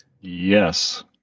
Yes